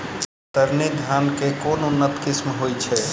कतरनी धान केँ के उन्नत किसिम होइ छैय?